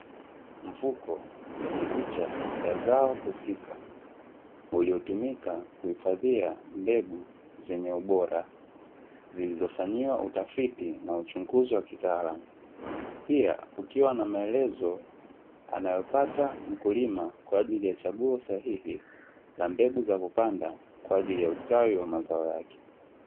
Mfuko wenye picha ya zao husika, uliotumika kuhifadhia mbegu zenye ubora, zilizofanyiwa utafiti na uchunguzi wa kitaalamu pia ukiwa na maelezo anayopata mkulima kwa ajili ya chaguo sahihi na mbegu za kupanda kwa ajili ya ustawi wa mazao yake.